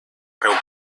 reuma